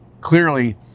clearly